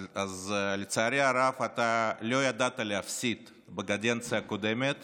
אז לצערי הרב, אתה לא ידעת להפסיד בקדנציה הקודמת